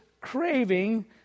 craving